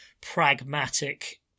pragmatic